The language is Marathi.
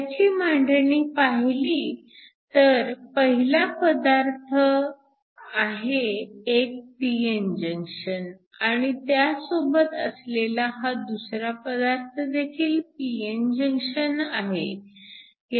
ह्याची मांडणी पाहिली तर पहिला पदार्थ आहे एक pn जंक्शन आणि त्यासोबत असलेला हा दुसरा पदार्थ देखील pn जंक्शन आहे